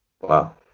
Wow